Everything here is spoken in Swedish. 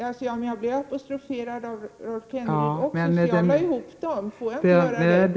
Nej, det är inte tillåtet. Repliken gäller bara Bruno Poromaas anförande.